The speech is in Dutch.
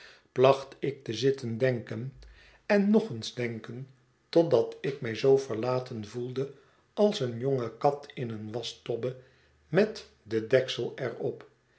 placht ik te zitten denken en nog eens denken totdat ik mij zoo verlaten voelde als een jonge kat in een waschtobbe met dendeksel er